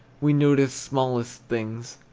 we noticed smallest things,